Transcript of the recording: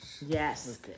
Yes